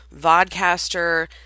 vodcaster